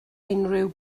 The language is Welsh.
unrhyw